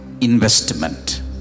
investment